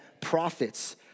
prophets